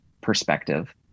perspective